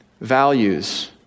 values